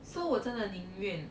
so 我真的宁愿